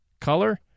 Color